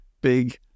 big